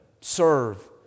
serve